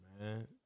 Man